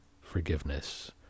forgiveness